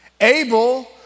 Abel